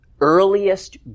earliest